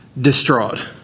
distraught